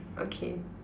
okay